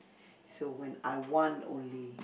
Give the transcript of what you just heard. so when I want only